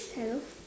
hello